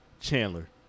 chandler